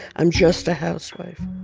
i'm just a housewife.